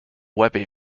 webby